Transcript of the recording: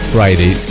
Friday